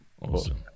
Awesome